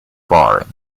barring